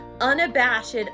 unabashed